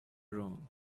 room